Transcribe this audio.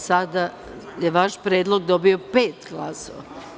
Sada je vaš predlog dobio - pet glasova.